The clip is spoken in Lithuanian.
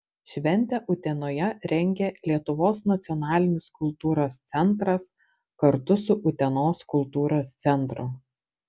šventę utenoje rengia lietuvos nacionalinis kultūros centras kartu su utenos kultūros centru